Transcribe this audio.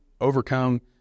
overcome